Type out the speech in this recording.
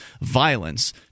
violence